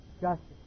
Justice